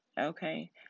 Okay